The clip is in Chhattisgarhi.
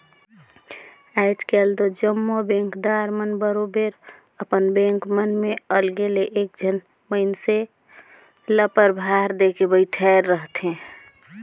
आएज काएल दो जम्मो बेंकदार मन बरोबेर अपन बेंक मन में अलगे ले एक झन मइनसे ल परभार देके बइठाएर रहथे